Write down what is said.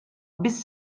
bis